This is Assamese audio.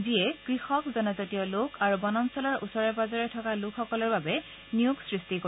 যিয়ে কৃষক জনজাতীয় লোক আৰু বনাঞ্চলৰ ওচৰে পাজৰে থকা লোকসকলৰ বাবে নিয়োগ সৃষ্টি কৰিব